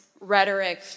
rhetoric